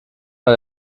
war